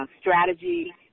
strategy